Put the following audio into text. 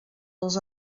als